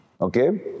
okay